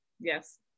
Yes